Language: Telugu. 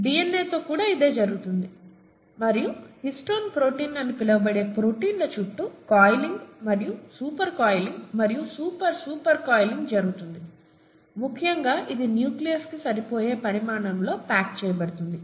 డీఎన్ఏతో కూడా అదే జరుగుతుంది మరియు హిస్టోన్ ప్రోటీన్లు అని పిలువబడే ప్రోటీన్ల చుట్టూ కాయిలింగ్ మరియు సూపర్ కాయిలింగ్ మరియు సూపర్ సూపర్ కాయిలింగ్ జరుగుతుంది ముఖ్యంగా ఇది న్యూక్లియస్కి సరిపోయే పరిమాణంలో ప్యాక్ చేయబడుతుంది